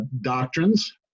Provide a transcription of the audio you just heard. doctrines